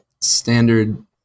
standard